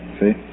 See